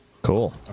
Cool